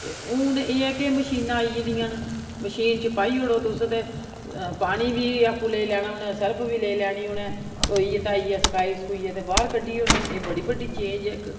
ते हून एह् ऐ कि मशीनां आई गेदियां न मशीन च पाई ओड़ो तुस ते पानी बी आपूं लेई लैना उन्नै सर्फ बी आपूं लेई लैनी उन्नै धोई धाइयै सकाई सकुइयै ते बाह्र कड्डी उड़ने एह् बड़ी बड्डी चेंज ऐ इक